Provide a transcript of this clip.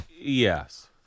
Yes